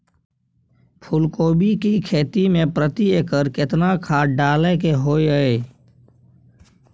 फूलकोबी की खेती मे प्रति एकर केतना खाद डालय के होय हय?